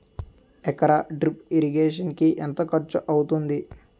ఎకర drip irrigation కి ఎంత ఖర్చు అవుతుంది?